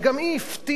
וגם היא הפתיעה,